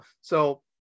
So-